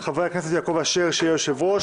חבר הכנסת יעקב אשר שיהיה היושב-ראש,